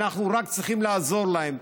אנחנו רק צריכים לעזור להם.